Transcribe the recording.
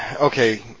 okay